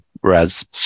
whereas